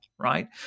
right